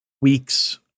weeks